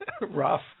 Rough